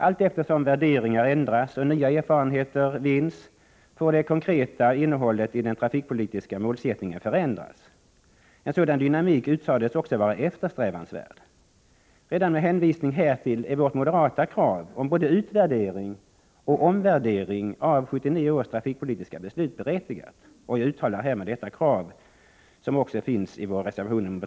Allteftersom värderingar ändras och nya erfarenheter vinns får det konkreta innehållet i den trafikpolitiska målsättningen förändras. En sådan dynamik utsades också vara eftersträvansvärd. Redan med hänvisning härtill är vårt moderata krav på både utvärdering och omvärdering av 1979 års trafikpolitiska beslut berättigat. Jag uttalar härmed detta krav, som också återfinns bl.a. i vår reservation nr 2.